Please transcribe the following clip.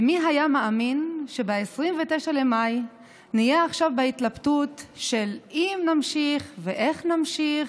ומי היה מאמין שב-29 במאי נהיה עכשיו בהתלבטות אם נמשיך ואיך נמשיך.